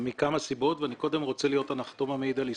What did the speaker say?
מכמה סיבות ואני קודם רוצה להיות הנחתום המעיד על עיסתו.